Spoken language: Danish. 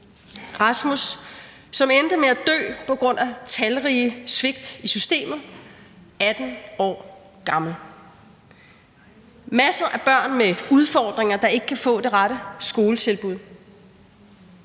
Rasmus, som endte med at dø på grund af talrige svigt i systemet 18 år gammel. Masser af børn med udfordringer, der ikke kan få det rette skoletilbud.